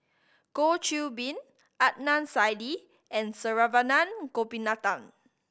Goh Qiu Bin Adnan Saidi and Saravanan Gopinathan